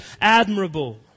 admirable